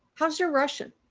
how's your russian?